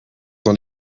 dans